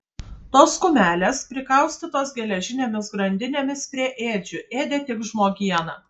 tos kumelės prikaustytos geležinėmis grandinėmis prie ėdžių ėdė tik žmogieną